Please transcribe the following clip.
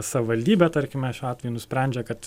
savivaldybė tarkime šiuo atveju nusprendžia kad